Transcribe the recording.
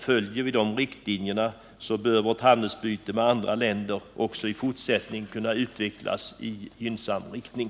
Följer vi dessa riktlinjer, bör vårt handelsutbyte med andra länder också i fortsättningen kunna utvecklas i en gynnsam riktning.